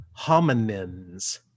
hominins